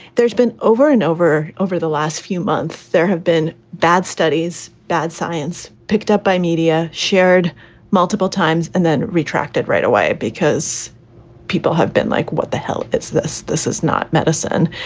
there's been over and over over the last few months. there have been bad studies, bad science picked up by media, shared multiple times and then retracted right away because people have been like, what the hell? it's this. this is not medicine.